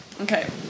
Okay